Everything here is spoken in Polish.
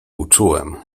uczułem